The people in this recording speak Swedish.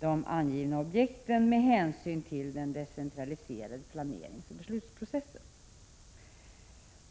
de angivna objekten ”med hänsyn till den decentraliserade planeringsoch beslutsprocessen”.